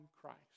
Christ